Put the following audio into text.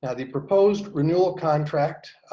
ah the proposed renewal contract